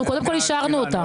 אנחנו אישרנו אותם.